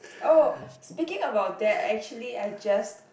oh speaking about that actually I just